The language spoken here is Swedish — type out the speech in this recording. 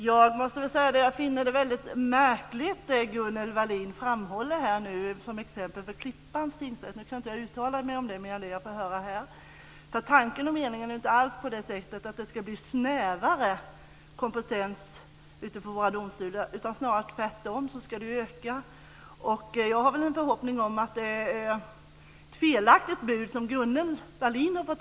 Fru talman! Jag finner det exempel från Klippans tingsrätt som Gunnel Wallin framhåller märkligt. Jag kan inte uttala mig om det med anledning av det jag får höra här. Men tanken och meningen är inte alls att det ska bli snävare kompetens på våra domstolar, snarare tvärtom. Kompetensen ska öka. Jag har en förhoppning om att det är ett felaktigt bud som Gunnel Wallin har fått.